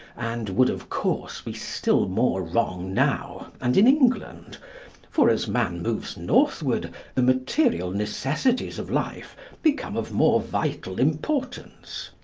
and would, of course, be still more wrong now and in england for as man moves northward the material necessities of life become of more vital importance,